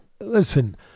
Listen